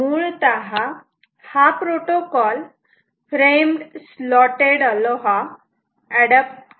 मुळतः हा protocol framed slotted ALOHA adapts करतो